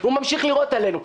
הוא ממשיך לירות עלינו.